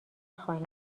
خواهیم